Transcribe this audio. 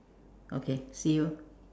okay see you